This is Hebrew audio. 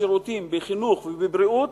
שירותים בחינוך ובבריאות,